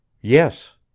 Yes